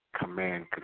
command